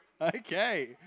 Okay